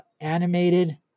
animated